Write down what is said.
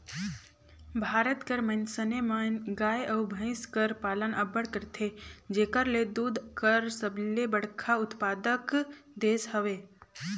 भारत कर मइनसे मन गाय अउ भंइस कर पालन अब्बड़ करथे जेकर ले दूद कर सबले बड़खा उत्पादक देस हवे